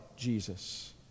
Jesus